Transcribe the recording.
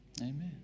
amen